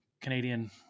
Canadian